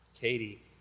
Katie